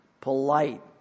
polite